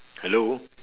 hello